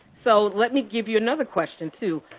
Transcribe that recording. so let me give you another question too.